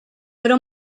però